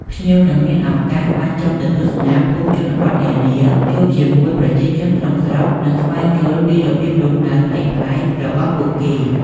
ភ្ញៀវនឹងមានឱកាសបានចុះទៅទស្សនាភូមិជនបទនានា ជួបជាមួយប្រជាជនក្នុងស្រុក និងស្វែងយល់ពីរបៀបរស់នៅប្លែកៗរបស់ពួកគេ។